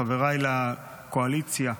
חבריי לקואליציה,